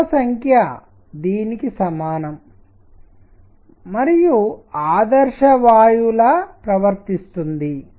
moles సంఖ్య దీనికి సమానం మరియు ఆదర్శ వాయువులా ప్రవర్తిస్తుంది